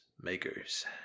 makers